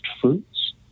fruits